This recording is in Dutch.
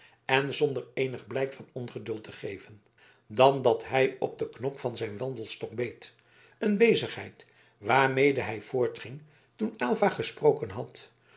en zonder eenig blijk van ongeduld te geven dan dat hij op den knop van zijn wandelstok beet een bezigheid waarmede hij voortging toen aylva gesproken had